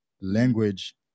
Language